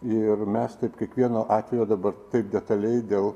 ir mes taip kiekvieno atvejo dabar taip detaliai dėl